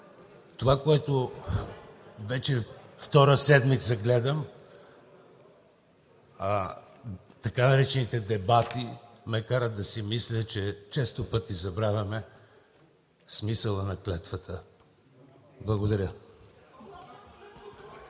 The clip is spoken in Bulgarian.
Това, което вече втора седмица гледам – така наречените дебати, ме карат да си мисля, че често пъти забравяме смисъла на клетвата. Благодаря.